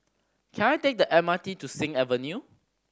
can I take the M R T to Sing Avenue